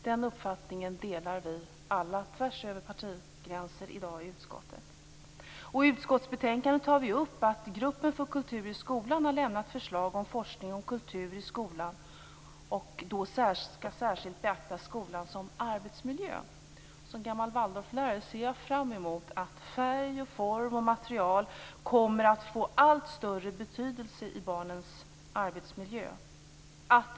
Den uppfattningen delar vi alla, tvärs över partigränserna, i dag i utskottet. I utskottsbetänkandet tar vi upp att gruppen för kultur i skolan har lämnat förslag om forskning om kultur i skolan som särskilt skall beakta skolan som arbetsmiljö. Som gammal Waldorflärare ser jag fram emot att färg, form och material kommer att få allt större betydelse i barnens arbetsmiljö.